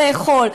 לאכול,